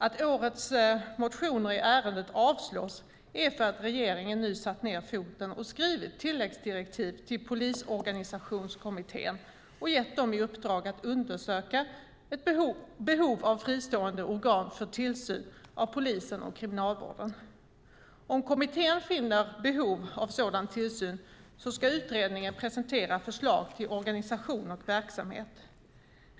Att årets motioner i ärendet avslås är för att regeringen nu satt ned foten och skrivit tilläggsdirektiv till Polisorganisationskommittén och gett dem i uppdrag att undersöka behovet av fristående organ för tillsyn av polisen och Kriminalvården. Om kommittén finner behov av sådan tillsyn ska utredningen presentera förslag till organisation och verksamhet.